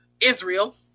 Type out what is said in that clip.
Israel